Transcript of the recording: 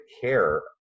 care